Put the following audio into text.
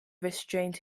restrained